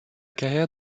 carrière